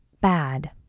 bad